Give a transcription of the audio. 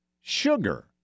sugar